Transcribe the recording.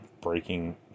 breaking